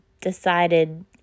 decided